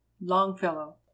Longfellow